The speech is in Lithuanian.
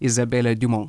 izabelė diumo